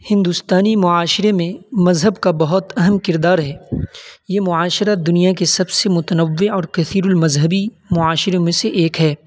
ہندوستانی معاشرے میں مذہب کا بہت اہم کردار ہے یہ معاشرہ دنیا کے سب سے متنوع اور کثیر المذہبی معاشروں میں سے ایک ہے